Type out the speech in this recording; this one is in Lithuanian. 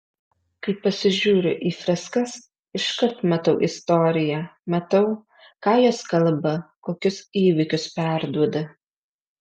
kai pasižiūriu į freskas iškart matau istoriją matau ką jos kalba kokius įvykius perduoda